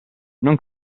non